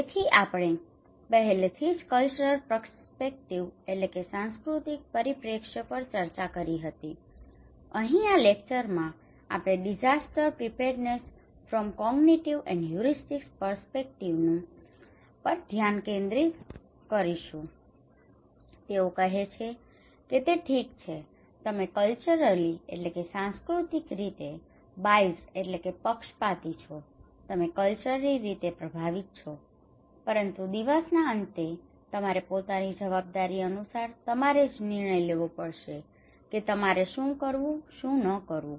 તેથી આપણે પહેલેથી જ કલ્ચરલ પર્સ્પેક્ટિવ cultural perspective સાંસ્કૃતિક પરિપ્રેક્ષ્ય પર ચર્ચા કરી હતી અહીં આ લેકચરમાં આપણે disaster preparedness from cognitive and heuristic perspective disaster preparedness from cognitive and a heuristic perspective જ્ઞાનાકાર અને સંશોધનાત્મક દ્રષ્ટિકોણથી હોનારત સજ્જતા પર ધ્યાન કેન્દ્રિત કરીશું તેઓ કહે છે કે તે ઠીક છે કે તમે કલ્ચરલી culturally સાંસ્કૃતિક રીતે બાયસ્ડ biased પક્ષપાતી છો તમે કલ્ચરલી culturally સાંસ્કૃતિક રીતે પ્રભાવિત છો પરંતુ દિવસના અંતે તમારે પોતાની જવાબદારી અનુસાર તમારે જ નિર્ણય લેવો પડશે કે તમારે શું કરવું અને શું ન કરવું